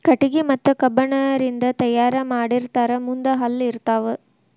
ಕಟಗಿ ಮತ್ತ ಕಬ್ಬಣ ರಿಂದ ತಯಾರ ಮಾಡಿರತಾರ ಮುಂದ ಹಲ್ಲ ಇರತಾವ